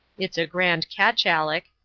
it's a grand catch, aleck.